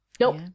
Nope